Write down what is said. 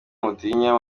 mutinya